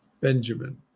Benjamin